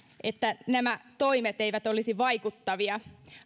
että nämä toimet eivät olisi vaikuttavia